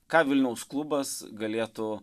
ką vilniaus klubas galėtų